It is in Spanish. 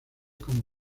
como